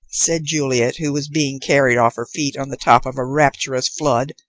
said juliet, who was being carried off her feet on the top of a rapturous flood,